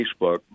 Facebook